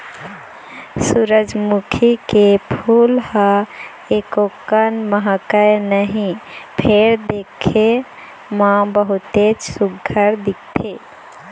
सूरजमुखी के फूल ह एकोकन महकय नहि फेर दिखे म बहुतेच सुग्घर दिखथे